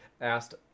asked